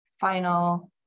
final